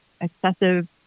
excessive